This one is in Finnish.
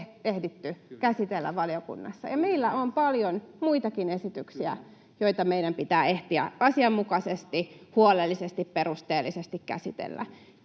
ehtineet käsitellä valiokunnassa. Meillä on paljon muitakin esityksiä, joita meidän pitää ehtiä asianmukaisesti, huolellisesti, perusteellisesti käsitellä.